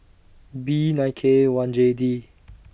B nine K one J D